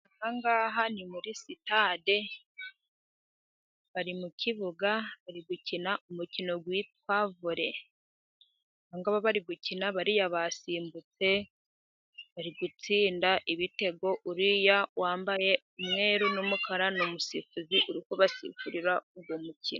Aha ngaha ni muri sitade, bari mukibuga bari gukina umukino witwa vore, abangaba bari gukina bariya basimbutse bari gutsinda ibitego, uriya wambaye umweru n'umukara ni umusifuzi, uri kubasifurira uwo mukino.